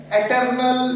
eternal